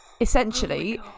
essentially